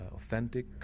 authentic